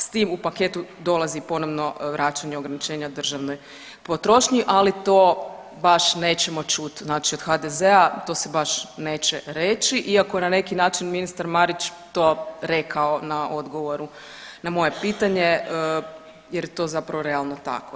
S tim u paketu dolazi ponovno vraćanje ograničenja državnoj potrošnji, ali to baš nećemo čuti znači od HDZ-a, to se baš neće reći iako na neki način ministar Marić to rekao na odgovoru na moje pitanje jer je to zapravo realno tako.